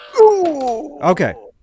Okay